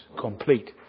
complete